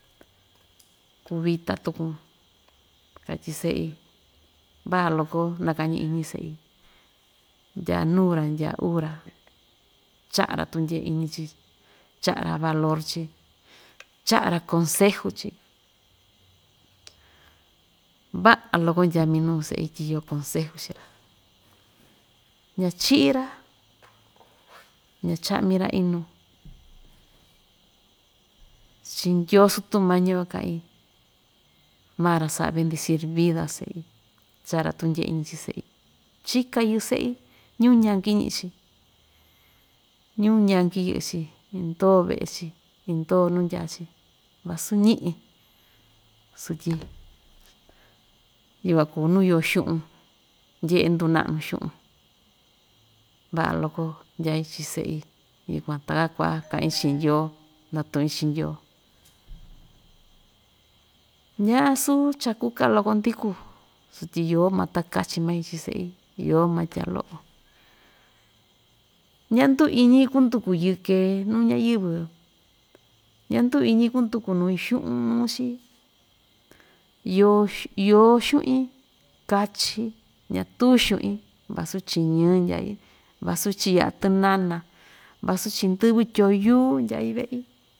Kuvita tukun katyi se'i, va'a loko ñakañi iñi se'i ndya nuu‑ra ndyaa uu‑ra cha'a‑ra tundye iñi chií cha'a‑ra valor chií cha'a‑ra konseju chií va'a loko ndyaa minuu se'i tyi iyo konseju chii‑ra ñachi'i‑ra ñacha'mi‑ra inu chi ndyoo sutumañi‑yo ka'in maa‑ra sa'a bendecir vida se'i cha'a‑ra tundyee iñi chi se'i chika yɨ'ɨ se'i, ñuu ñanki ñi'i‑chi ñuu ñanki yɨ'ɨ‑chi indoo ve'e‑chi indoo nu ndya‑chi vasu ñi'i sutyi yukuan kuu nu iyo xu'un ndye'e nduna'nu xu'un va'a loko ndyai chi se'i yukuan takaku'a ka'in chi'in ndyoo natu'in chi ndyoo ñasuu cha‑kuká loko‑ndi kuu sutyi yoo ma takachi mai chii se'i iyo ma tya lo'o, ñandu iñi kunduku yɨke nuu ñayɨvɨ ñanduu iñi kunduku nui xu'un nuu‑chi iyo iyo xu'in kachí ñatuu xu'in vasu chi'in ñɨɨ ndyaí vasu chi'in ya'a tɨnana vasu chi'in ndɨ́vɨ tyoyú ndyai ve'i.